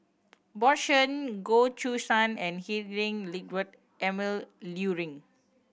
Bjorn Shen Goh Choo San and Heinrich Ludwig Emil Luering